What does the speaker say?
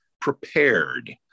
prepared